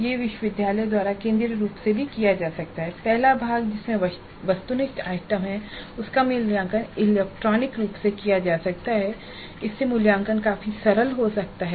यह विश्वविद्यालय द्वारा केंद्रीय रूप से भी किया जा सकता है पहला भाग जिसमें वस्तुनिष्ठ आइटम हैं उसका मूल्यांकन इलेक्ट्रॉनिक रूप से किया जा सकता है इससे मूल्यांकन काफी सरल हो सकता है